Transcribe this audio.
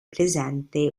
presente